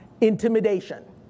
intimidation